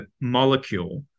molecule